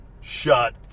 Shut